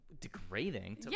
Degrading